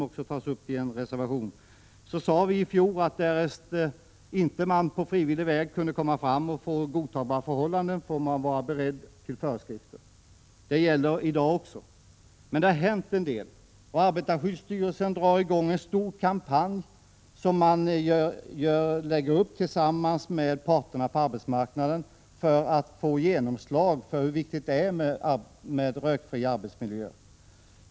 Riksdagen sade i fjol att därest man inte på frivillig väg kan komma fram till godtagbara förhållanden, får man vara beredd på föreskrifter. Det gäller i dag också. Men det har hänt en del. Arbetarskyddsstyrelsen har tillsammans med parterna på arbetsmarknaden dragit i gång en stor kampanj för att få genomslag för insikten om hur viktigt det är med rökfri arbetsmiljö.